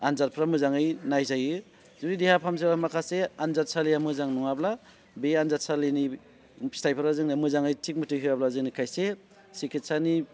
आनजादफोरा मोजाङै नायजायो जुदि देहा फाहामसालियाव माखासे आनजादसालिया मोजां नङाब्ला बे आनजाद सालिनि फिथाइफोरा जोंनो मोजाङै थिख मथै होयाब्ला जोंनो खायसे सिखिथसानि